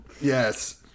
Yes